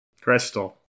Crystal